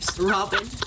Robin